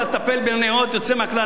אתה תטפל בענייני "הוט" יוצא מן הכלל,